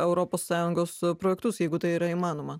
europos sąjungos projektus jeigu tai yra įmanoma